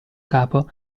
capo